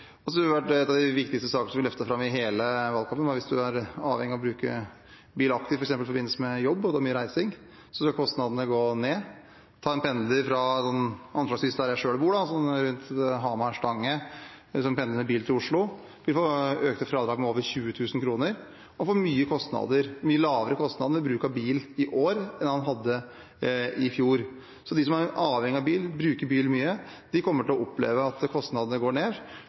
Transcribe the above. av de viktigste sakene som vi løftet fram i hele valgkampen, var at hvis man f.eks. i forbindelse med jobb var avhengig av å bruke bil aktivt og har mye reising, skal kostnadene gå ned. For eksempel vil en pendler fra anslagsvis der jeg selv bor – rundt Hamar og Stange – som pendler med bil til Oslo, få økte fradrag med over 20 000 kr og mye lavere kostnader ved bruk av bil i år enn han hadde i fjor. De som er avhengig av bil og bruker bil mye, kommer til å oppleve at kostnadene går ned